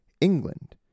England